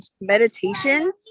meditation